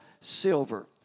silver